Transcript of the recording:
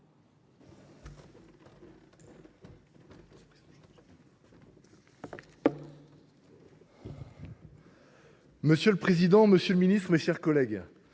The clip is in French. Monsieur le président, monsieur le ministre, mes chers collègues,